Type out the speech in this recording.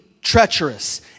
treacherous